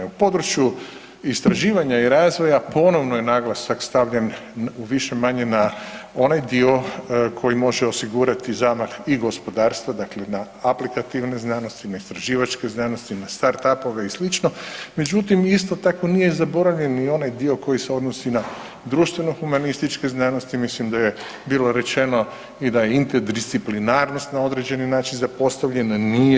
U području istraživanja i razvoja, ponovno je naglasak stavljen u više-manje na onaj dio koji može osigurati zamah i gospodarstva, dakle na aplikativne znanosti, na istraživačke znanosti, na start-upove i sl., međutim, isto tako nije zaboravljen ni onaj dio koji se odnosi na društveno-humanističke znanosti, mislim da je bilo rečeno i da je interdisciplinarnost na određeni način zapostavljeno, nije.